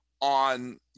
on